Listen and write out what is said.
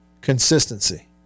consistency